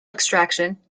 extraction